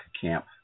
camp